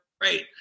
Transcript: great